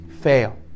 fail